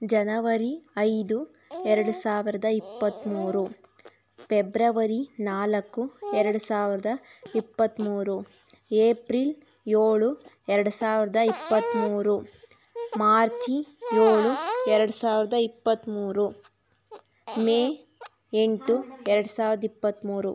ಜನವರಿ ಐದು ಎರಡು ಸಾವಿರದ ಇಪ್ಪತ್ತ್ಮೂರು ಫೆಬ್ರವರಿ ನಾಲ್ಕು ಎರಡು ಸಾವಿರ್ದ ಇಪ್ಪತ್ತ್ಮೂರು ಏಪ್ರಿಲ್ ಏಳು ಎರಡು ಸಾವಿರ್ದ ಇಪ್ಪತ್ತ್ಮೂರು ಮಾರ್ಚಿ ಏಳು ಎರಡು ಸಾವ್ರ್ದ ಇಪ್ಪತ್ತ್ಮೂರು ಮೇ ಎಂಟು ಎರಡು ಸಾವ್ರ್ದ ಇಪ್ಪತ್ತ್ಮೂರು